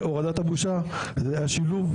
הורדת הבושה, השילוב,